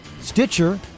Stitcher